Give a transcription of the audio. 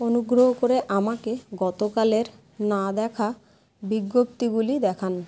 অনুগ্রহ করে আমাকে গতকালের না দেখা বিজ্ঞপ্তিগুলি দেখান